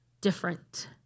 different